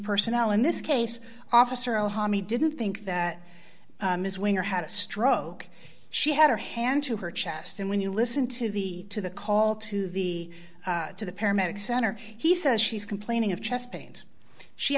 personnel in this case officer allow me didn't think that ms win or had a stroke she had her hand to her chest and when you listen to the to the call to the to the paramedics center he says she's complaining of chest pains she